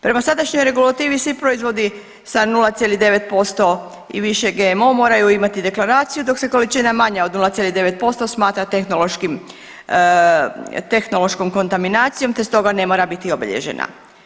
Prema sadašnjoj regulativi svi proizvodi sa 0,9% i više GMO moraju imati deklaraciju dok se količina manja od 0,9% smatra tehnološkim, tehnološkom kontaminacijom, te stoga ne mora biti obilježena.